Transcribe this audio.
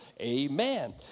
Amen